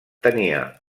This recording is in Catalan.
tenia